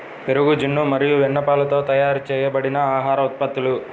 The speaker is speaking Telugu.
పెరుగు, జున్ను మరియు వెన్నపాలతో తయారు చేయబడిన ఆహార ఉత్పత్తులు